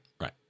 right